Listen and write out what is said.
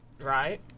Right